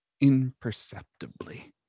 imperceptibly